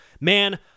man